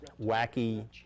wacky